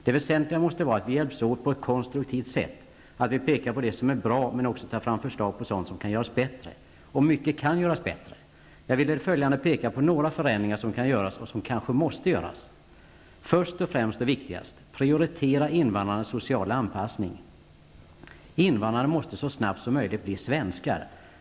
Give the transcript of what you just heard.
Det väsentliga måste vara att vi hjälps åt på ett konstruktivt sätt, att vi pekar på det som är bra men också tar fram förslag på sådant som kan göras bättre. Och mycket kan göras bättre. Jag vill i det följande peka på några förändringar som kan göras och som kanske måste göras. Först och främst det viktigaste. Prioritera invandrarnas sociala anpassning. Invandrarna måste så snabbt som möjligt bli ''svenskar''.